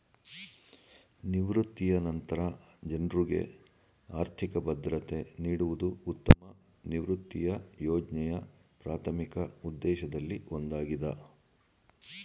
ನಿವೃತ್ತಿಯ ನಂತ್ರ ಜನ್ರುಗೆ ಆರ್ಥಿಕ ಭದ್ರತೆ ನೀಡುವುದು ಉತ್ತಮ ನಿವೃತ್ತಿಯ ಯೋಜ್ನೆಯ ಪ್ರಾಥಮಿಕ ಉದ್ದೇಶದಲ್ಲಿ ಒಂದಾಗಿದೆ